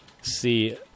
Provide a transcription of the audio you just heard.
see